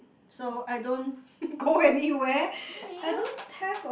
so I don't go anywhere I don't have a